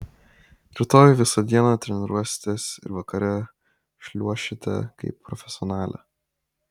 rytoj visą dieną treniruositės ir vakare šliuošite kaip profesionalė